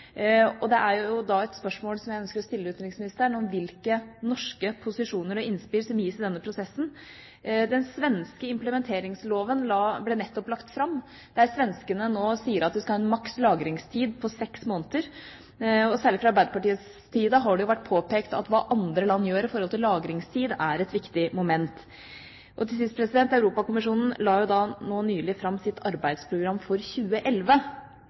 og et spørsmål som jeg ønsker å stille utenriksministeren, er jo da hvilke norske posisjoner og innspill som gis i denne prosessen. Den svenske implementeringsloven ble nettopp lagt fram, der svenskene nå sier at de skal ha en maks lagringstid på seks måneder. Særlig har Arbeiderpartiet påpekt at hva andre land gjør i forhold til lagringstid, er et viktig moment. Til sist: Europakommisjonen la nylig fram sitt arbeidsprogram for 2011.